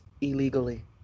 illegally